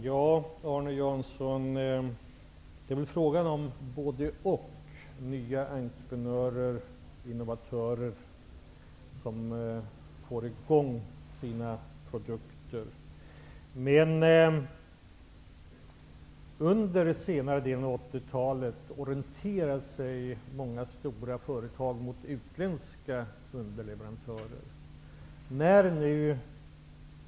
Herr talman! Det är fråga om både och; nya entreprenörer och innovatörer som startar sin produktion. Under senare delen av 1980-talet orienterade sig många stora företag mot utländska underleverantörer.